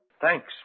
thanks